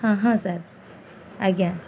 ହଁ ହଁ ସାର୍ ଆଜ୍ଞା